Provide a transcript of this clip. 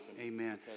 Amen